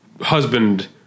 husband